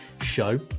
show